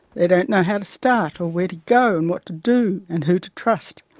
they don't know how to start or where to go and what to do and who to trust.